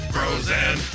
Frozen